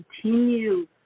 continue